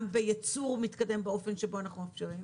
גם בייצור מתקדם באופן שבו אנחנו מאפשרים,